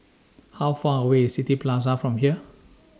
How Far away IS City Plaza from here